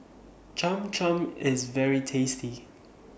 Cham Cham IS very tasty